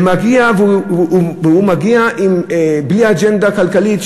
הוא מגיע בלי אג'נדה כלכלית,